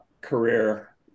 career